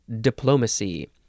diplomacy